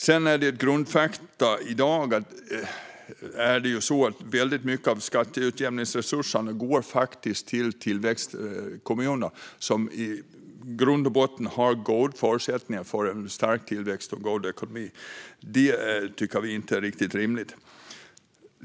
I dag går väldigt mycket av skatteutjämningsresurserna till tillväxtkommunerna, som i grund och botten har goda förutsättningar för en stark tillväxt och god ekonomi. Det tycker vi inte är riktigt rimligt.